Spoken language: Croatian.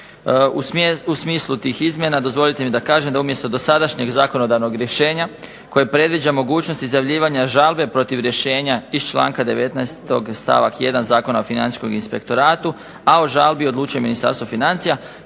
U smislu tih izmjena dozvolite mi da kažem da umjesto dosadašnjeg zakonodavnog rješenja, koje predviđa mogućnost izjavljivanja žalbe protiv rješenja iz članka 19. stavak 1. Zakona o financijskom inspektoratu, a o žalbi odlučuje Ministarstvo financije,